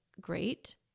great